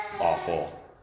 awful